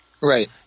Right